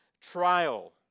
trial